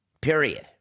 period